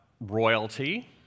royalty